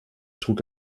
trug